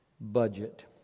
budget